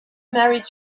married